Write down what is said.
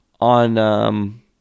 on